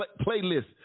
playlist